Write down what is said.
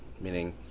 meaning